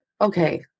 Okay